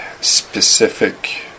specific